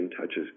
touches